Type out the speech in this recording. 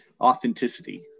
authenticity